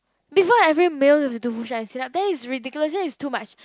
before every meal you have to do push up and sit up that is ridiculous that is too much